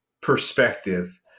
perspective